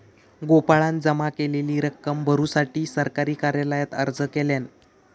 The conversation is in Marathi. गोपाळान जमा केलेली रक्कम भरुसाठी सरकारी कार्यालयात अर्ज केल्यान